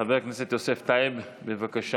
חבר הכנסת יוסף טייב, בבקשה.